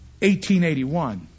1881